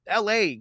LA